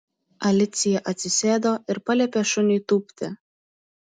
alicija atsisėdo ir paliepė šuniui tūpti